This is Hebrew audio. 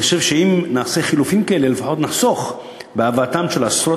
אני חושב שאם נעשה חילופים כאלה לפחות נחסוך בהבאתם של עשרות